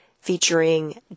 featuring